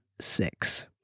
six